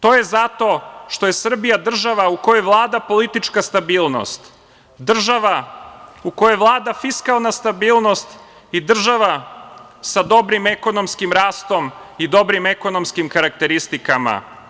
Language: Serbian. To je zato što je Srbija država u kojoj vlada politička stabilnost, država u kojoj vlada fiskalna stabilnost i država sa dobrim ekonomskim rastom i dobrim ekonomskim karakteristikama.